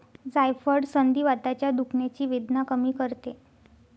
जायफळ संधिवाताच्या दुखण्याची वेदना कमी करते